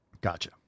Gotcha